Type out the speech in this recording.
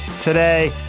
Today